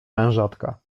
mężatka